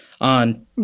on